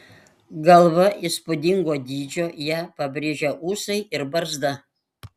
galva įspūdingo dydžio ją pabrėžia ūsai ir barzda